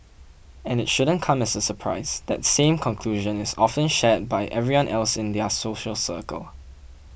and it shouldn't come as a surprise that same conclusion is often shared by everyone else in their social circle